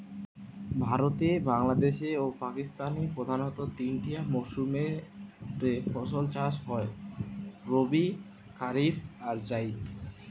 ভারতে, বাংলাদেশে ও পাকিস্তানে প্রধানতঃ তিনটিয়া মরসুম রে ফসল চাষ হয় রবি, কারিফ আর জাইদ